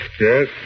Yes